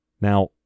Now